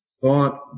thought